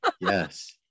Yes